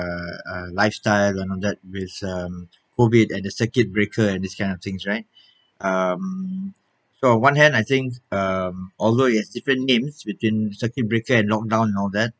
uh a lifestyle and all that with um COVID and the circuit breaker and these kind of things right um so on one hand I think um although it has different names between circuit breaker and lockdown and all that